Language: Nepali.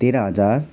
तेह्र हजार